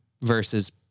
versus